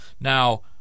Now